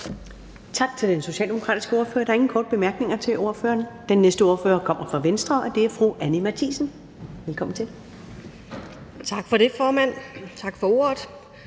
Tak til den socialdemokratiske ordfører. Der er ingen korte bemærkninger til ordføreren. Den næste ordfører kommer fra Venstre, og det er fru Anni Matthiesen. Velkommen til. Kl. 12:14 (Ordfører)